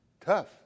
Tough